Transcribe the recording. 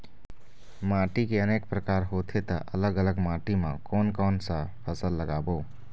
माटी के अनेक प्रकार होथे ता अलग अलग माटी मा कोन कौन सा फसल लगाबो?